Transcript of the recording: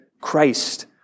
Christ